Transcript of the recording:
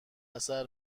اثر